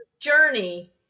journey